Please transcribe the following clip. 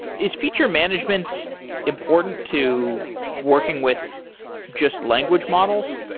is feature management important to working with just language models?